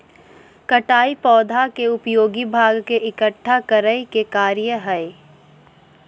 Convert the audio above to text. कटाई पौधा के उपयोगी भाग के इकट्ठा करय के कार्य हइ